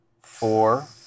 Four